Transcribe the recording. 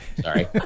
Sorry